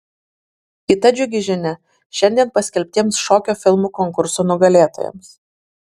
kita džiugi žinia šiandien paskelbtiems šokio filmų konkurso nugalėtojams